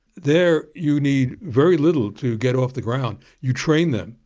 there you need very little to get off the ground. you train them.